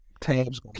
Tabs